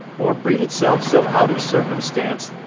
or breed itself so out of circumstance,